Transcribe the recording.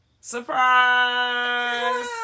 surprise